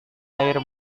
air